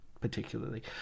particularly